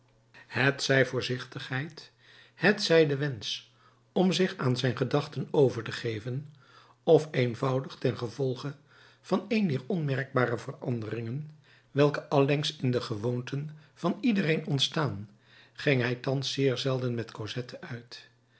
hetzij voorzichtigheid hetzij de wensch om zich aan zijn gedachten over te geven of eenvoudig ten gevolge van een dier onmerkbare veranderingen welke allengs in de gewoonten van iedereen ontstaan ging hij thans zeer zelden met cosette uit